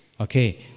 Okay